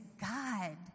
God